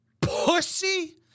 pussy